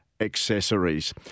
accessories